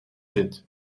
zit